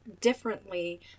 differently